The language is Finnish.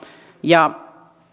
ja